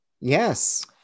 Yes